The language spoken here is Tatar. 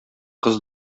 кыз